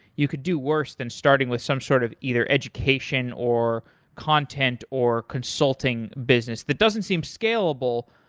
you could do worse than starting with some sort of either education, or content, or consulting business. that doesn't seem scalable,